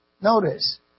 Notice